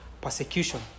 persecution